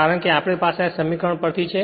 કારણ કે આપણી પાસે આ સમીકરણ પર થી છે